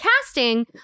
casting